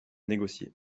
négocier